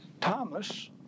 Thomas